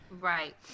right